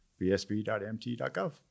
bsb.mt.gov